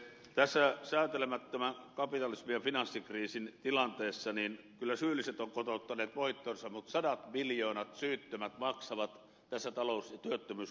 tässä säätelemättömän kapitalismin ja finanssikriisin tilanteessa kyllä syylliset ovat kotouttaneet voittonsa mutta sadat miljoonat syyttömät maksavat tässä talous ja työttömyyskriisissä